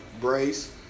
Brace